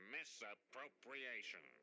Misappropriation